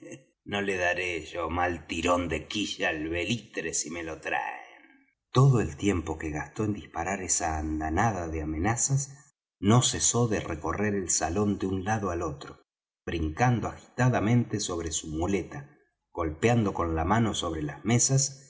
no le daré yo mal tirón de quilla al belitre si me lo traen todo el tiempo que gastó en disparar esa andanaba de amenazas no cesó de recorrer el salón de un lado al otro brincando agitadamente sobre su muleta golpeando con la mano sobre las mesas